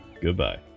goodbye